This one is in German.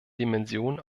dimension